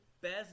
best